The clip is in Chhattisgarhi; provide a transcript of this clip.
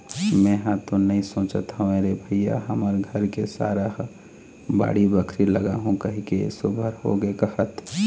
मेंहा तो नइ सोचत हव रे भइया हमर घर के सारा ह बाड़ी बखरी लगाहूँ कहिके एसो भर होगे कहत